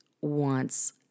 wants